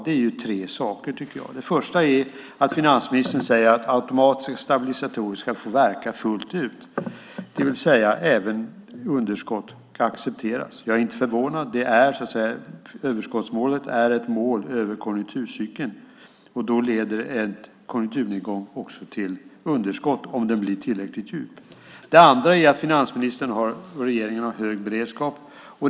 Det första är att finansministern säger att automatiska stabilisatorer ska få verka fullt ut, det vill säga att även underskott kan accepteras. Jag är inte förvånad. Överskottsmålet är ett mål över konjunkturcykeln. Då leder en konjunkturnedgång också till underskott om den blir tillräckligt djup. Det andra är att finansministern och regeringen har höjd beredskap.